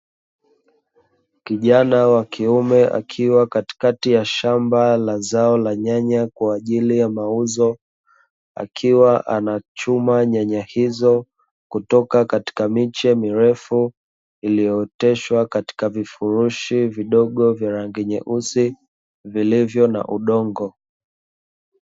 Kijana wa kiume akiwa katikati ya shamba la zao la nyanya kwa ajili ya mauzo akiwa anachuma nyanya hizo kutoka katika miche mirefu iliyooteshwa katika vifurushi vidogo vya rangi nyeusi vilivyo na udongo.